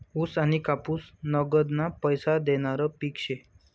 ऊस आनी कापूस नगदना पैसा देनारं पिक शे